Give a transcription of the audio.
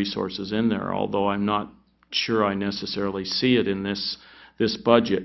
resources in there although i'm not sure i necessarily see it in this this budget